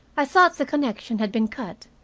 i thought the connection had been cut,